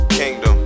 kingdom